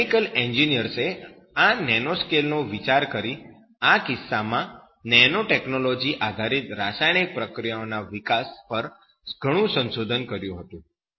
chemical એન્જિનિયર્સે આ nano scale નો વિચાર કરીને આ કિસ્સામાં નેનો ટેકનૉલોજી આધારિત રાસાયણિક પ્રક્રિયાઓના વિકાસ પ્રક્રિયા તીવ્રતા પર ઘણું સંશોધન કર્યું હતું